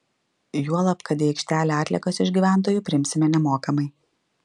juolab kad į aikštelę atliekas iš gyventojų priimsime nemokamai